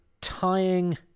tying